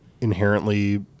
inherently